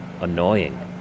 annoying